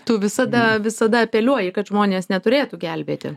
tu visada visada apeliuoji kad žmonės neturėtų gelbėti